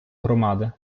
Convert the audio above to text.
громади